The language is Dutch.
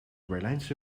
berlijnse